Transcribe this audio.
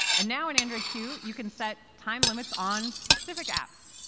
and now on android q, you can set time limits on specific apps.